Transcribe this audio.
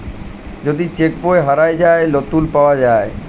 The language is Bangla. যদি চ্যাক বই হারাঁয় যায়, লতুল পাউয়া যায়